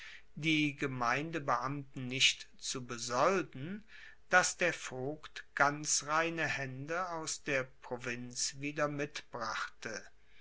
die gemeindebeamten nicht zu besolden dass der vogt ganz reine haende aus der provinz wieder mitbrachte